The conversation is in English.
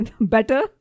better